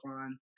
on